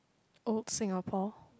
old Singapore